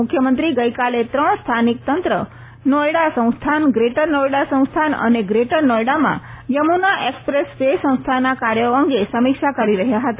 મુખ્યમંત્રી ગઈકાલે ત્રણ સ્થાનિક તંત્ર નોઈડા સંસ્થાન ગ્રેટર નોઈડા સંસ્થાન અને ગ્રેટર નોઈડામાં યમુના એકસપ્રેસ વે સંસ્થાના કાર્યો અંગે સમીક્ષા કરી રહયાં હતા